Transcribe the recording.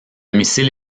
missile